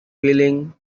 wheeling